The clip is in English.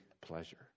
pleasure